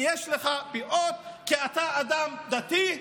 כי יש לך פאות, כי אתה אדם דתי.